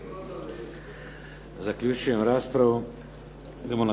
Zaključujem raspravu.